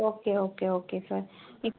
okay okay okay sir